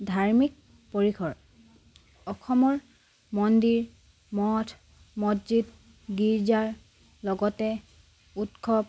ধাৰ্মিক পৰিসৰ অসমৰ মন্দিৰ মঠ মছজিদ গীৰ্জাৰ লগতে উৎসৱ